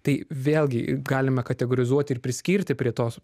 tai vėlgi galime kategorizuoti ir priskirti prie tos